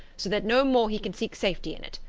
so that no more he can seek safety in it.